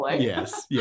yes